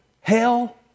hell